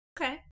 Okay